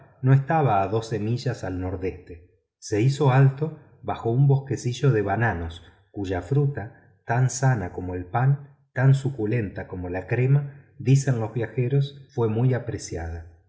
hallahabad estaba a doce millas al nordeste se hizo alto bajo un bosquecillo de bananos cuya fruta tan sana como el pan y tan suculenta como la crema dicen los viajeros fue muy apreciada